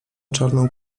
czarną